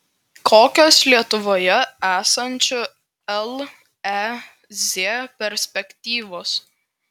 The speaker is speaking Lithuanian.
kokios lietuvoje esančių lez perspektyvos